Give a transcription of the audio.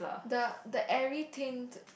the the every tint